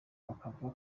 bakava